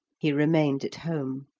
he remained at home.